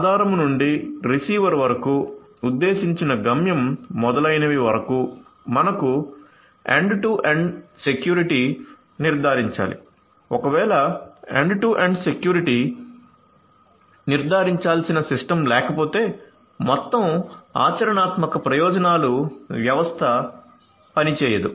ఆధారము నుండి రిసీవర్ వరకు ఉద్దేశించిన గమ్యం మొదలైనవి వరకు మనకు ఎండ్ టు ఎండ్ సెక్యూరిటీ నిర్ధారించాలి ఒకవేళ ఎండ్ టు ఎండ్ సెక్యూరిటీ నిర్దారించాల్సిన సిస్టమ్ లేకపోతే మొత్తం ఆచరణాత్మక ప్రయోజనాలు వ్యవస్థ పని చేయదు